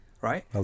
Right